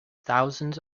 thousands